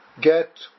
get